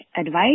advice